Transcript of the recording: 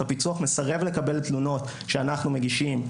הפיצו"ח מסרב לקבל תלונות שאנחנו מגישים.